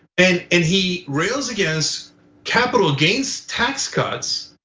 and and he rails against capital gains, tax cuts,